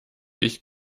ich